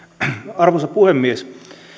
arvoisa puhemies